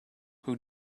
who